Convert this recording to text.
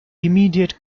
immediate